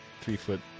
three-foot